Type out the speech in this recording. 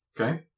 Okay